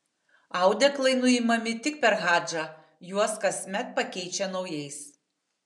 audeklai nuimami tik per hadžą juos kasmet pakeičia naujais